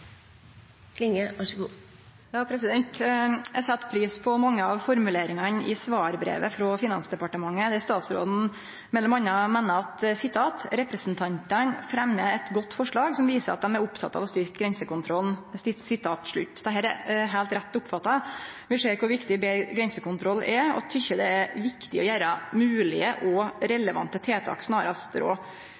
pris på mange av formuleringane i svarbrevet frå Finansdepartementet, der statsråden m.a. seier: «Eg meiner representantane fremjar eit godt forslag som viser at dei er opptatt av å styrkje grensekontrollen.» Dette er heilt rett oppfatta. Vi ser kor viktig grensekontroll er og synest det er viktig å gjere moglege og relevante tiltak